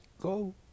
go